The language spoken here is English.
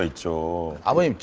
ah to i can't.